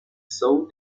saw